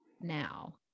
now